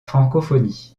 francophonie